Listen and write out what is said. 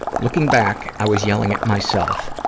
looking back, i was yelling at myself,